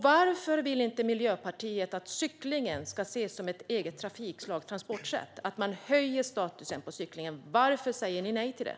Varför vill inte Miljöpartiet att cyklingen ska ses som ett eget trafikslag och transportsätt och att man höjer statusen på cyklingen? Varför säger ni nej till det?